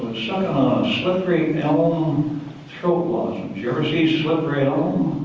ah slippery elm throat lozenge. you ever see slippery elm?